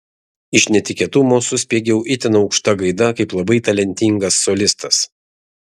iš netikėtumo suspiegiau itin aukšta gaida kaip labai talentingas solistas